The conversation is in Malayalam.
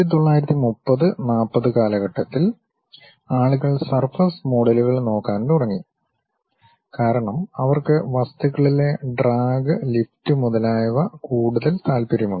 1930 40 കാലഘട്ടത്തിൽ ആളുകൾ സർഫസ് മോഡലുകൾ നോക്കാൻ തുടങ്ങി കാരണം അവർക്ക് വസ്തുക്കളിലെ ഡ്രാഗ് ലിഫ്റ്റ് മുതലായവ കൂടുതൽ താൽപ്പര്യമുണ്ട്